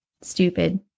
stupid